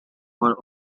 are